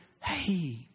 Hey